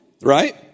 right